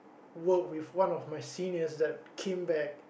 work with one of my seniors that came back